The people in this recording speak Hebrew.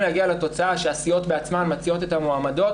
להגיע לתוצאה שהסיעות בעצמן מציעות את המועמדות,